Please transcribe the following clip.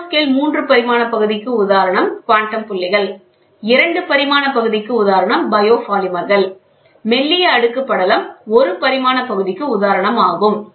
nanoscale மூன்று பரிமாண பகுதிக்கு உதாரணம் குவாண்டம் புள்ளிகள் இரண்டு பரிமாண பகுதிக்கு உதாரணம் பயோபாலிமர்கள் மெல்லிய பட அடுக்கு ஒரு பரிமாண பகுதிக்கு உதாரணம் ஆகும்